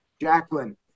Jacqueline